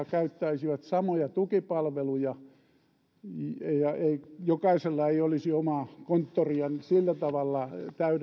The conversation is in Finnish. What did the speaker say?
käyttäisi samoja tukipalveluja eikä jokaisella olisi omaa konttoriaan sillä tavalla